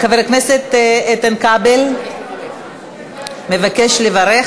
חבר הכנסת איתן כבל מבקש לברך.